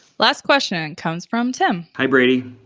last question and comes from tim. hi brady,